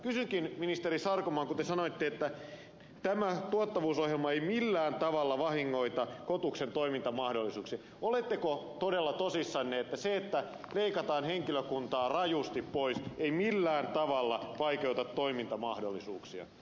kysynkin ministeri sarkomaa kun te sanoitte että tämä tuottavuusohjelma ei millään tavalla vahingoita kotuksen toimintamahdollisuuksia oletteko todella tosissanne että se että leikataan henkilökuntaa rajusti pois ei millään tavalla vaikeuta toimintamahdollisuuksia